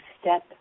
step